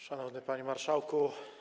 Szanowny Panie Marszałku!